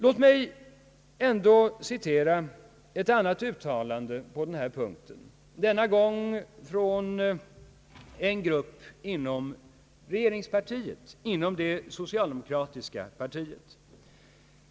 Låt mig slutligen citera ett annat uttalande på denna punkt — från en grupp inom regeringspartiet, det socialdemokratiska partiet.